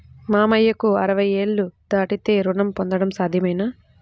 మామయ్యకు అరవై ఏళ్లు దాటితే రుణం పొందడం సాధ్యమేనా?